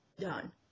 done